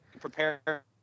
prepare